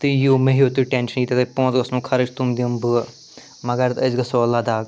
تُہۍ یِیُو مَہ ہیٚیُو تُہۍ ٹیٚنشَن ییٖتاہ توہہِ پونٛسہٕ گژھنو خرٕچ تِم دِم بہٕ مگر أسۍ گژھو لداخ